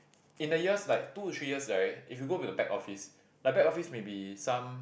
in the years like two to threes years right if you go with the back office like back office maybe some